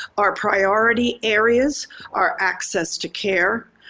our priority areas are access to care,